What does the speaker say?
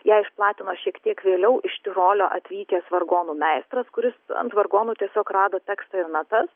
ją išplatino šiek tiek vėliau iš tirolio atvykęs vargonų meistras kuris ant vargonų tiesiog rado tekstą ir natas